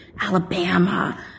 Alabama